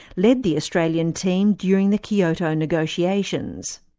led the australian team during the kyoto negotiations.